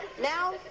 Now